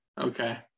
Okay